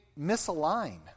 misalign